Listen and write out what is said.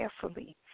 carefully